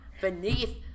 Beneath